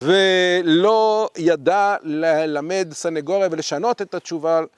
ולא ידע ללמד סנגוריה ולשנות את התשובה.